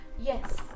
Yes